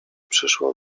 przyszło